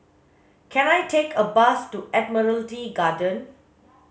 can I take a bus to Admiralty Garden